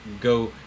go